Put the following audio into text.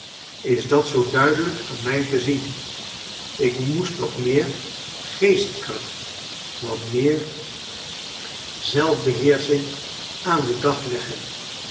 is dat zoo duidelijk aan mij te zien ik mo est wat meer geestkracht wat meer zelfbekleine dorrit heer selling aan den dag leggen